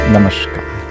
Namaskar